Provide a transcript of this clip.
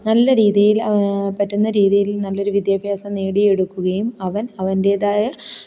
നല്ല രീതിയില് പറ്റുന്ന രീതിയില് നല്ലൊരു വിദ്യാഭ്യാസം നേടിയെടുക്കുകയും അവന് അവൻറേതായ